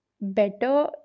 better